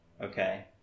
Okay